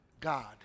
God